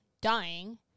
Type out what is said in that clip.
dying